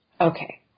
Okay